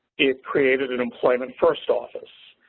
it created an employment first office.